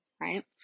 right